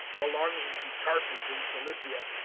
belonging to tarsus in cilicia,